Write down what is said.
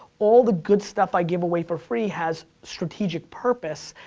all the good stuff i give away for free has strategic purpose.